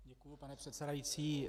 Děkuji, pane předsedající.